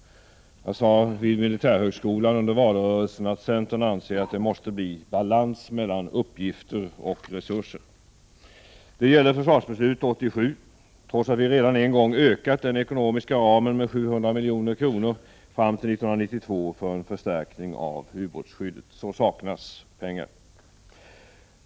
Jag sade vid Militärhögskolan under valrörelsen att centern anser att det måste bli balans mellan uppgifter och resurser. Detta gäller också försvarsbeslutet från 1987. Trots att vi redan en gång ökat den ekonomiska ramen med 700 milj.kr. fram till 1992 för en förstärkning av ubåtsskyddet så saknas pengar.